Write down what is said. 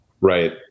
Right